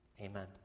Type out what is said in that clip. amen